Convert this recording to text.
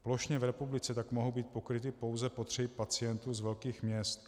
Plošně v republice tak mohou být pokryty pouze potřeby pacientů z velkých měst.